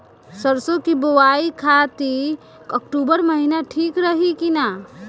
सरसों की बुवाई खाती अक्टूबर महीना ठीक रही की ना?